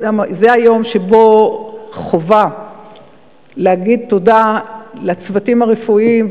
זה היום שבו חובה להגיד תודה לצוותים הרפואיים,